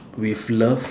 with love